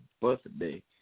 birthday